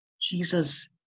Jesus